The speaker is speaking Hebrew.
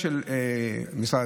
יותר מזה,